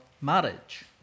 marriage